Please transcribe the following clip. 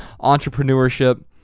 entrepreneurship